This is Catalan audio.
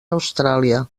austràlia